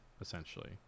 essentially